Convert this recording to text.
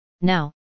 Now